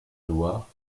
loire